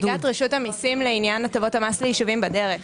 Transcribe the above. נציגת רשות המסים לעניין הטבות המס ליישובים נמצאת בדרך.